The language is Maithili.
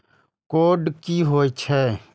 कोड की होय छै?